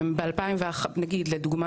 דוגמה